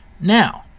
now